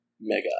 mega